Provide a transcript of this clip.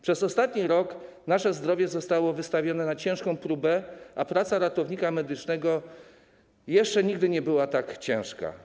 Przez ostatni rok nasze zdrowie zostało wystawione na ciężką próbę, a praca ratownika medycznego jeszcze nigdy nie była tak ciężka.